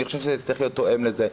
אני חושב שזה צריך להיות תואם לזה.